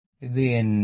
ഇത് n ആണ്